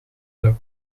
luck